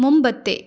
മുമ്പത്തെ